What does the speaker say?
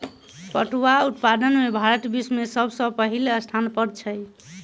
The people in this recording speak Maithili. पटुआक उत्पादन में भारत विश्व में सब सॅ पहिल स्थान पर अछि